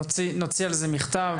נוציא על זה מכתב.